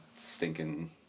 stinking